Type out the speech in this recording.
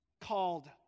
called